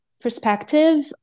perspective